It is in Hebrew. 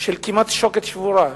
של כמעט שוקת שבורה.